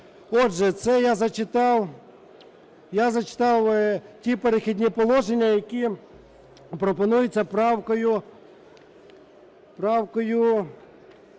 Отже, це я зачитав ті "Перехідні положення", які пропонуються правкою